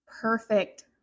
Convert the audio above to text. perfect